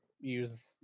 use